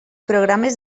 programes